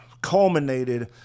Culminated